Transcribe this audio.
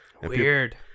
Weird